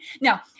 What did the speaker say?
Now